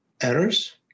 errors